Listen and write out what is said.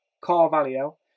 Carvalho